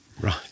Right